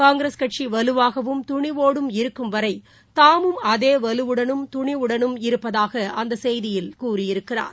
காங்கிரஸ் கட்சிவலுவாகவும் துணிவோடும் இருக்கும் வரைதாமும் அதேவலுவுடனும் துணிவுடனும் இருப்பதாகஅந்தசெய்தியில் கூறியிருக்கிறார்